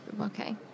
Okay